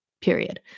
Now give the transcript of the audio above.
period